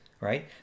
Right